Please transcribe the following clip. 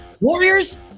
Warriors